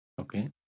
Okay